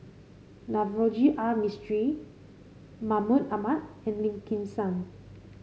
Navroji R Mistri Mahmud Ahmad and Lim Kim San